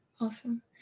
Awesome